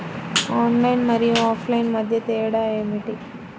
Online మరియు offline మధ్య తేడా ఏమిటీ?